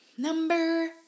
Number